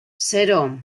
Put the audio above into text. zero